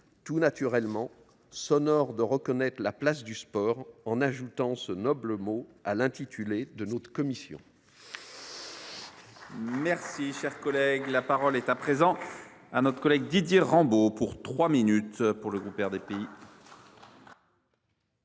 tout naturellement de reconnaître la place du sport en ajoutant ce noble mot à l’intitulé de notre commission.